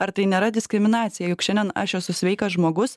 ar tai nėra diskriminacija juk šiandien aš esu sveikas žmogus